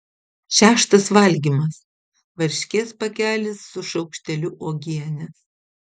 šeštas valgymas varškės pakelis su šaukšteliu uogienės